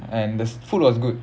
and the food was good